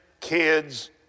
kids